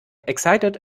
excited